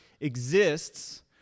exists